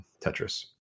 Tetris